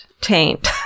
taint